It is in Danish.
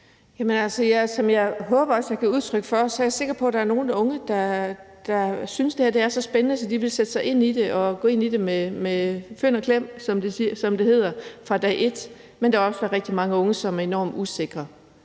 også håber at jeg gav udtryk for, er jeg sikker på, der er nogle unge, som synes, at det her er så spændende, at de vil sætte sig ind i det og vil gå ind i det med fynd og klem, som det hedder, fra dag et. Men der vil også være rigtig mange unge, som er enormt usikre.